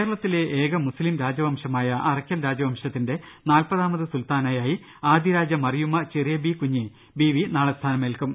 കേരളത്തിലെ ഏക മുസ്ലീം രാജവംശമായ അറക്കൽ രാജവം ശത്തിന്റെ നാൽപതാമത് സുൽത്താനയായി ആദിരാജ മറിയുമ്മ ചെ റിയബീകുഞ്ഞി ബീവി നാളെ സ്ഥാനമേൽക്കും